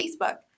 Facebook